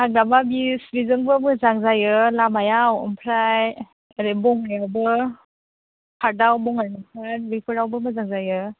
हाग्रामा bridge बिजोंबो मोजां जायो लामायाव ओमफ्राय ओरै बङाइयावबो पार्काव बङाइनि पार्क बिफोरावबो मोजां जायो